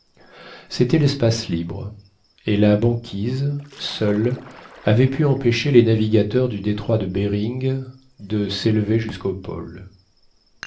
c'était l'espace libre et la banquise seule avait pu empêcher les navigateurs du détroit de behring de s'élever jusqu'au pôle